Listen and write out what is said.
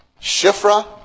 Shifra